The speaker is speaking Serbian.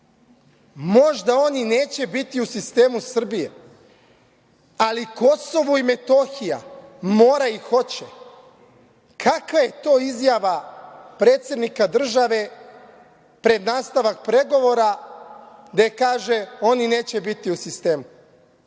Možda oni neće biti u sistemu Srbije, ali Kosovo i Metohija mora i hoće. Kakva je to izjava predsednika države pred nastavak pregovora, gde kaže – oni neće biti u sistemu.